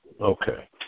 Okay